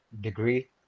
degree